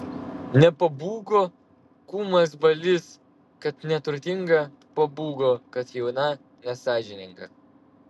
nepabūgo kūmas balys kad neturtinga pabūgo kad jauna nesąžininga